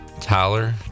Tyler